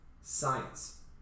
science